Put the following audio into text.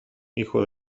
hijo